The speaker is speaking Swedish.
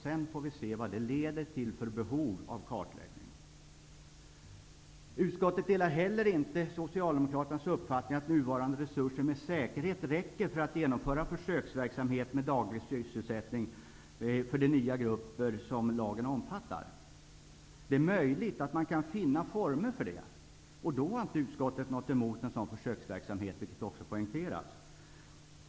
Sedan får vi se vad det leder till för behov av kartläggning. Utskottet delar inte heller Socialdemokraternas uppfattning att nuvarande resurser med säkerhet räcker för att genomföra en försöksverksamhet med daglig sysselsättning för de nya grupper som lagen omfattar. Det är möjligt att man kan finna former för det. Då har inte utskottsmajoriteten något emot en sådan försöksverksamhet, vilket också poängteras.